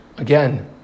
Again